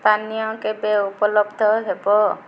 ପାନୀୟ କେବେ ଉପଲବ୍ଧ ହେବ